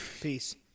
Peace